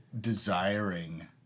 desiring